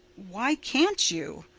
why can't you?